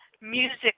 music